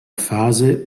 fase